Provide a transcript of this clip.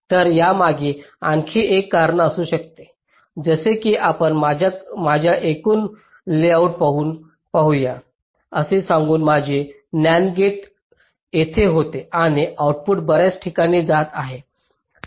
तर यामागे आणखी एक कारण असू शकते जसे की आपण माझे एकूण लेआउट पाहू या असे सांगूया माझे NAND गेट येथे होते आणि आउटपुट बर्याच ठिकाणी जात होते